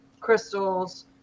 crystals